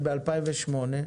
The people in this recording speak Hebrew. ב-2008,